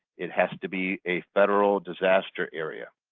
it has to be a federal disaster area.